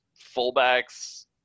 fullbacks